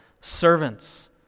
servants